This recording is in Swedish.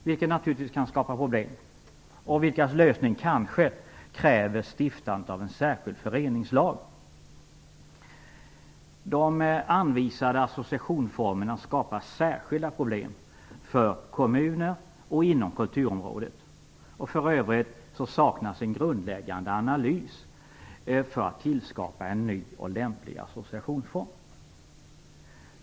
Det kan naturligtvis skapa problem, vilkas lösning kanske kräver stiftandet av en särskild föreningslag. De anvisade associationsformerna skapar särskilda problem för kommuner och inom kulturområdet. För övrigt saknas en grundläggande analys för att tillskapa en ny och lämplig associationsform.